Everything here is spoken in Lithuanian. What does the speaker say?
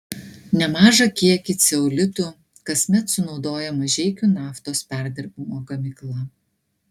nemažą kiekį ceolitų kasmet sunaudoja mažeikių naftos perdirbimo gamykla